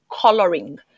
coloring